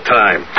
time